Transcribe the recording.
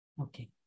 Okay